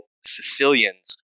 Sicilians